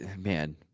man